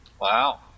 Wow